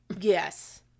Yes